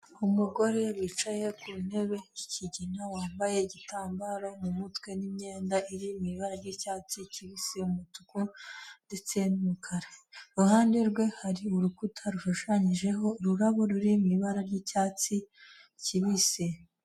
Umugore wicaye ku ntebe y'ikigina, wambaye igitambaro mu mutwe n'imyenda iri mu ibara ry'icyatsi kibisi, umutuku ndetse n'umukara. Iruhande rwe hari urukuta rushushanyijeho ururabo ruri mu ibara ry'icyatsi kibisi.